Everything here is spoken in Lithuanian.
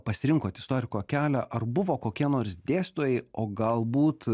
pasirinkot istoriko kelią ar buvo kokie nors dėstytojai o galbūt